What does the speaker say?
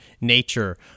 nature